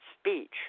speech